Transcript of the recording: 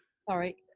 sorry